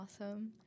awesome